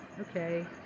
Okay